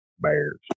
bears